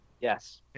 Yes